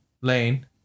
Lane